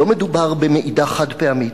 לא מדובר במעידה חד-פעמית,